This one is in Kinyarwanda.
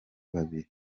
babiri